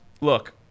Look